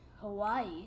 Hawaii